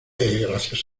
gracias